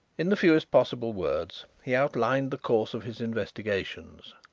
in the fewest possible words he outlined the course of his investigations.